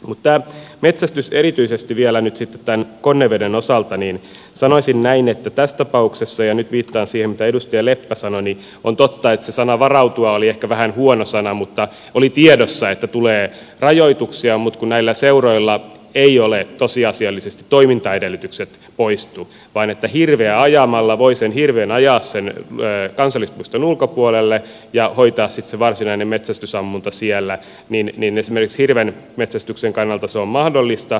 mutta tästä metsästyksestä erityisesti vielä nyt sitten tämän konneveden osalta sanoisin näin että tässä tapauksessa ja nyt viittaan siihen mitä edustaja leppä sanoi on totta että se sana varautua oli ehkä vähän huono sana mutta oli tiedossa että tulee rajoituksia mutta näillä seuroilla eivät tosiasiallisesti toimintaedellytykset poistu vaan sen hirven voi ajaa sen kansallispuiston ulkopuolelle ja hoitaa sitten se varsinainen metsästysammunta siellä ja näin esimerkiksi hirven metsästyksen kannalta se on mahdollista